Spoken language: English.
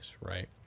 Right